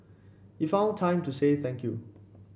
he found time to say thank you